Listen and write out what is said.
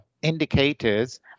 Indicators